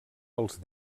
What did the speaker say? pels